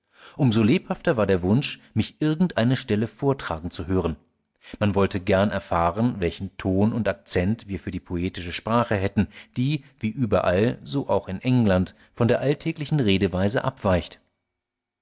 so lebhafter war der wunsch mich irgendeine stelle vortragen zu hören man wollte gern erfahren welchen ton und akzent wir für die poetische sprache hätten die wie überall so auch in england von der alltäglichen redeweise abweicht